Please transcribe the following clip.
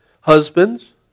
Husbands